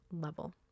level